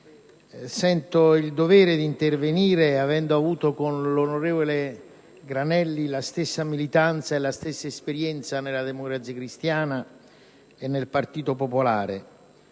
sento il dovere di intervenire, avendo avuto con l'onorevole Granelli la stessa militanza e la stessa esperienza nella Democrazia Cristiana e nel Partito Popolare.